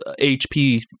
HP